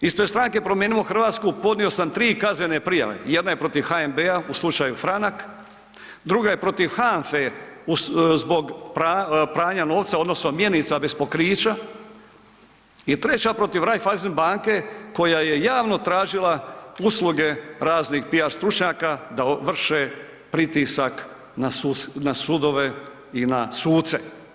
Ispred stranke Promijenimo Hrvatsku podnio sam tri kaznene prijave, jedna je protiv HNB-a u slučaju Franak, druga je protiv HANFA-e zbog pranja novca odnosno mjenica bez pokrića, treća protiv Raiffeisen banke koja je javno tražila usluge raznih PR stručnjaka da vrše pritisak na sudove i na suce.